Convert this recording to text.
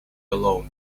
alone